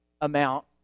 amount